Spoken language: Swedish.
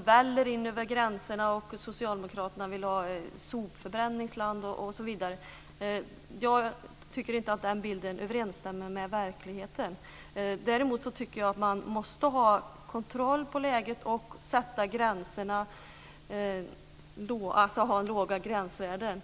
det väller in över gränserna och att socialdemokraterna vill ha ett sopförbränningsland osv. Jag tycker inte att den bilden överensstämmer med verkligheten. Däremot tycker jag att man måste ha kontroll över läget och ha låga gränsvärden.